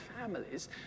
families